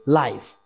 life